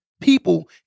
people